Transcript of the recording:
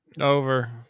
over